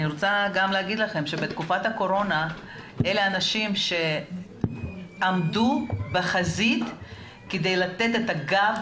בתקופת הקורונה אלה אנשים שעמדו בחזית כדי לתת את הגב